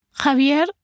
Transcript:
Javier